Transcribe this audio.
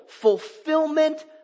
fulfillment